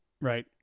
right